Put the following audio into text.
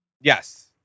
Yes